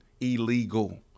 illegal